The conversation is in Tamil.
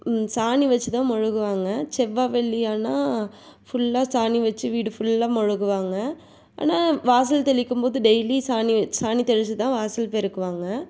சாணி வச்சு தான் மொழுகுவாங்க செவ்வாய் வெள்ளி ஆனால் ஃபுல்லாக சாணி வச்சு வீடு ஃபுல்லாக மொழுகுவாங்க ஆனால் வாசல் தெளிக்கும்போது டெய்லி சாணி சாணி தெளிச்சு தான் வாசல் பெருக்குவாங்க